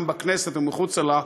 גם בכנסת וגם מחוץ לה,